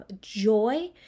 joy